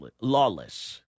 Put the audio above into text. lawless